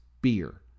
beer